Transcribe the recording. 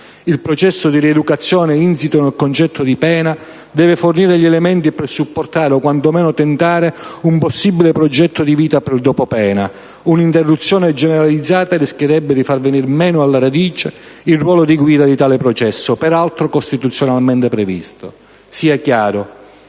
Il processo di rieducazione insito nel concetto di pena deve fornire gli elementi per supportare, o quanto meno tentare, un possibile progetto di vita per il dopo pena, rispetto al quale un'interruzione generalizzata rischierebbe di far venir meno alla radice il ruolo di guida di tale processo, peraltro costituzionalmente previsto. Sia chiaro: